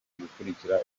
gukurikira